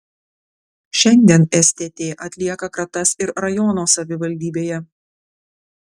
šiandien stt atlieka kratas ir rajono savivaldybėje